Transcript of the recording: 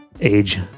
age